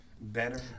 better